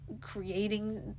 creating